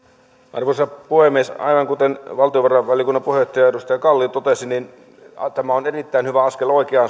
arvoisa puhemies aivan kuten valtiovarainvaliokunnan puheenjohtaja edustaja kalli totesi niin tämä on erittäin hyvä askel oikeaan